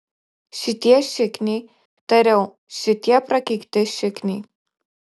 šitie šikniai tariau šitie prakeikti šikniai